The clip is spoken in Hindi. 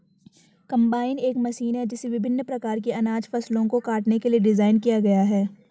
कंबाइन एक मशीन है जिसे विभिन्न प्रकार की अनाज फसलों को काटने के लिए डिज़ाइन किया गया है